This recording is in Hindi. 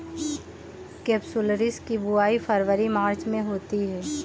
केपसुलरिस की बुवाई फरवरी मार्च में होती है